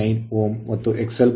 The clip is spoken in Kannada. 9 Ω ಮತ್ತು XL5